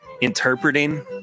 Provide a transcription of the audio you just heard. interpreting